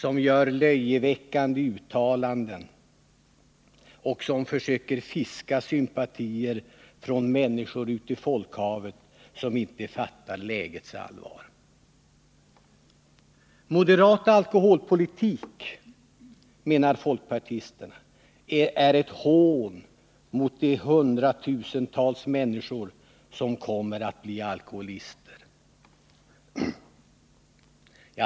Vi framställs som några som försöker fiska sympatier hos människorna ute i folkhavet och som inte fattar lägets allvar. Moderat alkoholpolitik, menar folkpartisterna, är ett hån mot de hundratusentals människor som kommer att bli alkoholister.